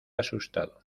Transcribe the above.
asustado